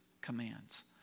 commands